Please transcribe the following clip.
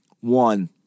one